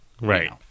Right